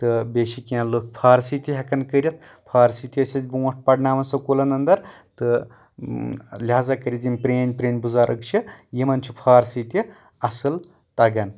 تہٕ بیٚیہِ چھِ کینٛہہ لُکھ فارسی تہِ ہٮ۪کان کٔرتھ فارسی تہِ ٲسۍ اسہِ برٛۄنٛٹھ پرناوان سکوٗلن انٛدر تہٕ لہٰزا کٔرتھ یِم پرٛٲنۍ پرٛٲنۍ بُزرٕگ چھِ یِمن چھُ فارسی تہِ اصل تگان